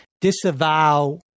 disavow